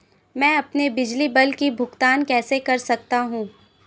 मैं अपने बिजली बिल का भुगतान कैसे कर सकता हूँ?